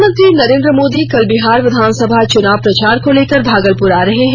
प्रधानमंत्री नरेंद्र मोदी कल बिहार विधानसभा चुनाव प्रचार को लेकर भागलपुर आ रहे हैं